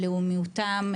לאומיותם,